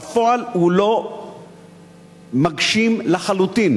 בפועל הוא לא מגשים לחלוטין